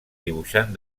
dibuixant